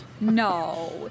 No